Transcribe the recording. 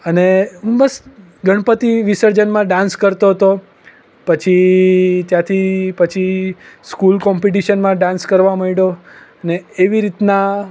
અને બસ ગણપતિ વિસર્જનમાં ડાન્સ કરતો હતો પછી ત્યાંથી પછી સ્કૂલ કોમ્પિટિશનમાં ડાન્સ કરવા મંડ્યો ને એવી રીતના